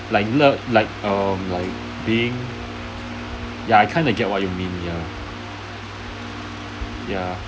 like love like um like being ya I kind of get what you mean ya